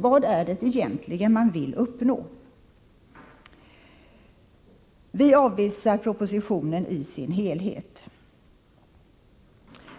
Vad är det man vill uppnå? Vi avvisar propositionen i dess helhet.